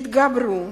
יתגברו